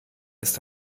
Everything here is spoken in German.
ist